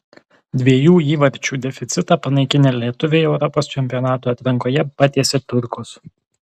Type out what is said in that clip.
dviejų įvarčių deficitą panaikinę lietuviai europos čempionato atrankoje patiesė turkus